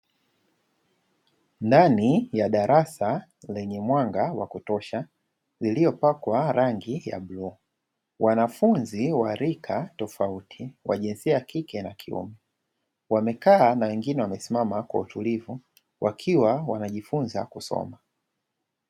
Ndani ya darasa lenye mwanga wa kutosha lililopakwa rangi ya bluu, wanafunzi wa rika tofauti wa jinsia ya kike na kiume, wamekaa na wengine wamesimama kwa utulivu wakiwa wanajifunza kusoma.